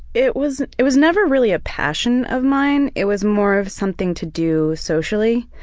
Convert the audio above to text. it was it was never really a passion of mine, it was more of something to do socially.